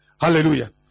Hallelujah